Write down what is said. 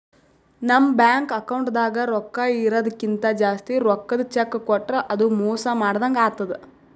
ನಮ್ ಬ್ಯಾಂಕ್ ಅಕೌಂಟ್ದಾಗ್ ರೊಕ್ಕಾ ಇರದಕ್ಕಿಂತ್ ಜಾಸ್ತಿ ರೊಕ್ಕದ್ ಚೆಕ್ಕ್ ಕೊಟ್ರ್ ಅದು ಮೋಸ ಮಾಡದಂಗ್ ಆತದ್